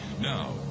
Now